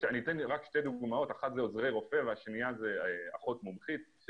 למשל, עוזרי רופא ואחות מומחית.